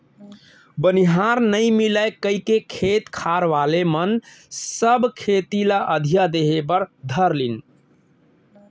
बनिहार नइ मिलय कइके खेत खार वाले मन सब खेती ल अधिया देहे बर धर लिन